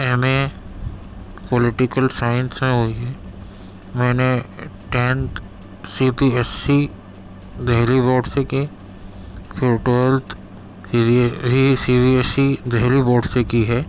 M A political science سے ہوئی ہے میں نے tenth C B S C Delhi board سے کی پھر ٹوئیلتھ کے لیے بھی C B S C Delhi board سے کی ہے